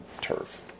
turf